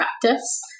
practice